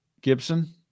Gibson